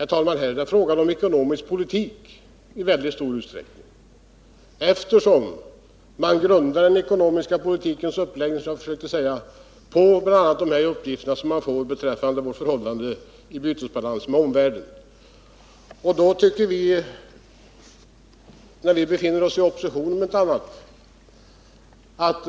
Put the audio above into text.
I stället är det i mycket stor utsträckning fråga om ekonomisk politik, eftersom man grundar den ekonomiska politikens uppläggning på bl.a. uppgifterna om vårt förhållande till omvärlden i fråga om bytesbalansen. Vi tycker att